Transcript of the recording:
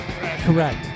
Correct